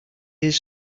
his